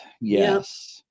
yes